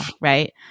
right